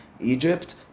Egypt